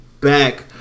back